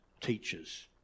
teachers